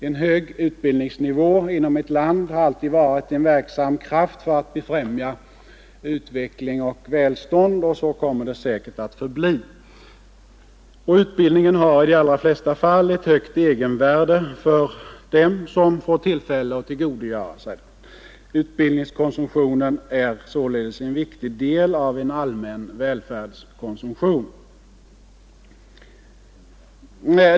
En hög utbildningsnivå inom ett land har alltid varit en verksam kraft för att befrämja utveckling och välstånd, och så kommer det säkert att förbli. Utbildningen har också i de allra flesta fall ett högt egenvärde för den som får tillfälle att tillgodogöra sig den. Utbildningskonsumtionen är således en viktig del av en allmän välfärdskonsumtion.